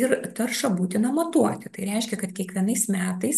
ir taršą būtina matuoti tai reiškia kad kiekvienais metais